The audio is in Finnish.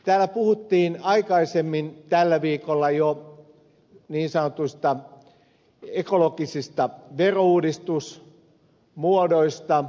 täällä puhuttiin aikaisemmin tällä viikolla jo niin sanotuista ekologisista verouudistusmuodoista